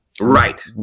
Right